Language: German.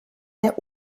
der